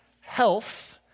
health